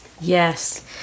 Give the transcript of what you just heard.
Yes